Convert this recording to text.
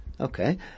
okay